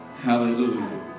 Hallelujah